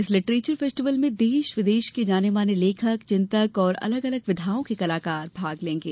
इस literature festival में देश विदेश के जाने माने लेखक चिंतक और अलग अलग विधाओं के कलाकार भाग लेंगे